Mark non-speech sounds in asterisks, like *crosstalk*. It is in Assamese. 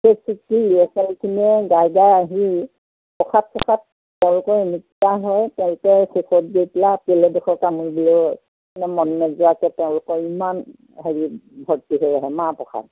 সেই চুকটোৰ ল'ৰা ছোৱালীখিনিয়ে গাই গাই আহি প্ৰসাদ চ্ৰসাদ তেওঁলোকৰ *unintelligible* হয় তেওঁলোকে শেষত গৈ পেলাই আপেলৰ *unintelligible* তেওঁলোকৰ ইমান হেৰি ভৰ্তি হৈ আহে মাহ প্ৰসাদ